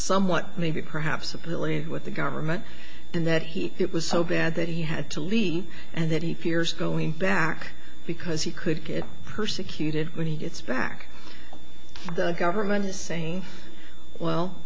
somewhat maybe perhaps affiliated with the government and that he it was so bad that he had to leave and that he fears going back because he could get persecuted when he gets back government is saying well